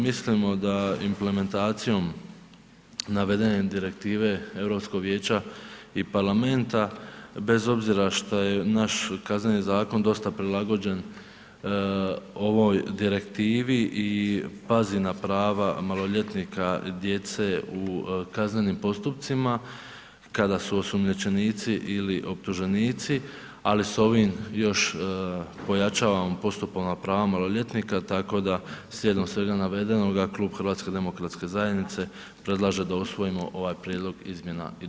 Mislimo da implementacijom navedene direktive Europskog vijeća i parlamenta bez obzira šta je naš Kazneni zakon dosta prilagođen ovoj direktivi i pazi na prava maloljetnika djece u kaznenim postupcima, kada su osumnjičenici ili optuženici ali s ovim još pojačavamo postupovna prava maloljetnika tako da slijedom svega navedenoga, klub HDZ-a predlaže da usvojimo ovaj prijedlog izmjena i dopuna, hvala.